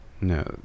No